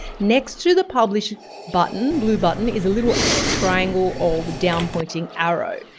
next to the publish button, blue button is a little triangle or down pointing arrow.